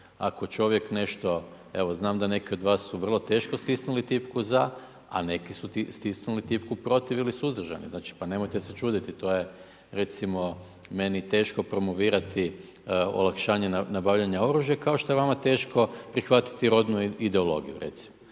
ako čovjek nešto, evo znam da neki od vas su vrlo teško stisnuli tipku ZA, a neki su stisnuli tipku Protiv ili Suzdržan. Pa nemojte se čuditi to je recimo meni teško promovirati olakšanje nabavljanja oružja kao što je vama teško prihvatiti rodnu ideologiju, recimo.